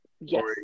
Yes